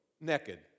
naked